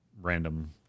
random